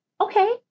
okay